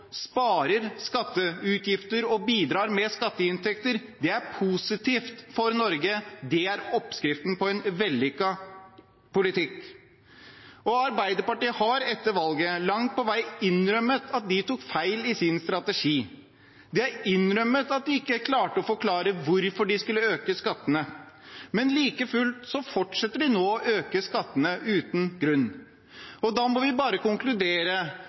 sparer skatteutgifter og bidrar med skatteinntekter, er positivt for Norge. Det er oppskriften på en vellykket politikk. Arbeiderpartiet har etter valget langt på vei innrømmet at de tok feil i sin strategi, de har innrømmet at de ikke klarte å forklare hvorfor de skulle øke skattene, men like fullt fortsetter de nå å øke skattene, uten grunn. Da må vi bare konkludere